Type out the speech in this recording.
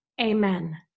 Amen